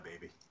baby